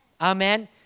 Amen